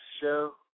show